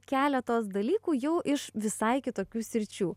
keletos dalykų jau iš visai kitokių sričių